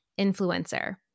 influencer